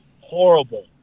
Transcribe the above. horrible